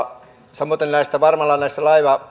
samoiten näissä